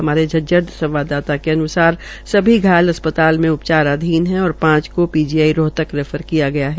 हमारे संवाददाता के अन्सार सभी घायल अस्पताल में उपचाराधीन है और पांच को पीजीआई रोहतक रेफर किया गया है